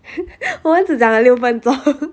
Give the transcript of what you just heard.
我们只讲了六分钟